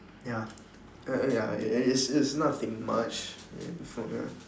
ya err err ya it's it's nothing much